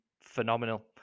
phenomenal